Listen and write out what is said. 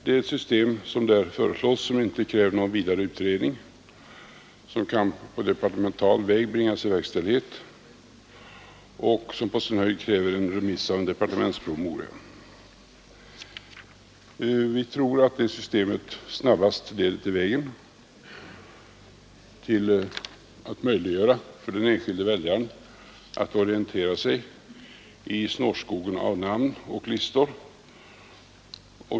Det system som där föreslås kräver inte någon vidare utredning, det kan på departemental väg bringas i verkställighet och kräver på sin höjd en remiss av en departementspromemoria. Vi tror att det systemet snabbast leder till målet att möjliggöra för den enskilde väljaren att orientera sig i snårskogen av namn och listor.